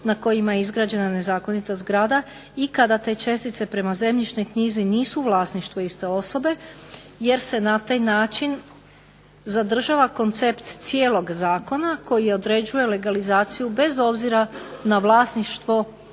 na kojima je izgrađena nezakonita zgrada i kada te čestice prema zemljišnoj knjizi nisu u vlasništvu iste osobe jer se na taj način zadržava koncept cijelog zakona koji određuje legalizaciju bez obzira na vlasništvo čestice